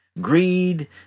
Greed